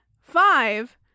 Five